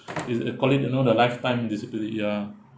is they call it you know the lifetime disability ya